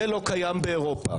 זה לא קיים באירופה.